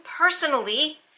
personally